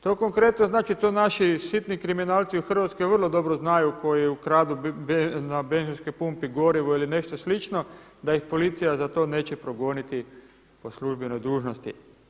To konkretno znači to naši sitni kriminalci u Hrvatskoj vrlo dobro znaju koji ukradu na benzinskoj pumpi gorivo ili nešto slično, da ih policija za to neće progoniti po službenoj dužnosti.